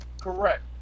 Correct